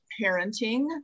parenting